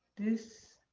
this.